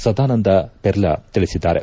ಸದಾನಂದ ಪೆರ್ಲ ತಿಳಿಸಿದ್ದಾರೆ